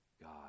God